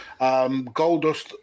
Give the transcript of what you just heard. Goldust